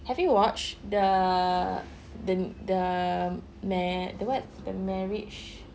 have you watched the the the ma~ the what the marriage